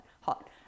hot